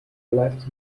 left